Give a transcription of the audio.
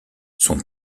son